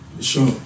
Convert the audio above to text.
Sure